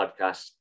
podcast